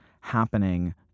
happening